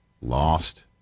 lost